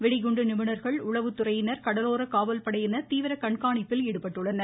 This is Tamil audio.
வெடிகுண்டு நிபுணர்கள் உளவுத்துறையினர் கடலோர காவல்படையினர் தீவிர கண்காணிப்பில் ஈடுபட்டள்ளனர்